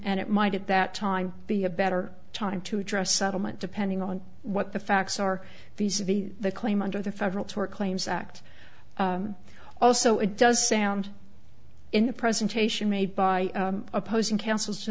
and it might at that time be a better time to address settlement depending on what the facts are these the claim under the federal tort claims act also it does sound in the presentation made by opposing counsel to